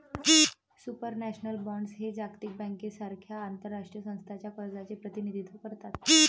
supranational bonds हे जागतिक बँकेसारख्या आंतरराष्ट्रीय संस्थांच्या कर्जाचे प्रतिनिधित्व करतात